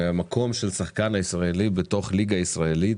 המקום של השחקן הישראלי בתוך ליגה ישראלית